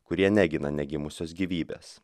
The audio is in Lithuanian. kurie negina negimusios gyvybės